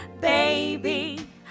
baby